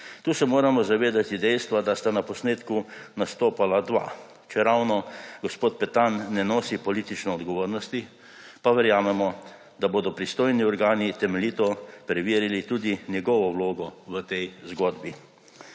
Tu se moramo zavedati dejstva, da sta na posnetku nastopala dva. Čeravno gospod Petan ne nosi politične odgovornosti, pa verjamemo, da bodo pristojni organi temeljito preverili tudi njegovo vlogo v tej zgodbi.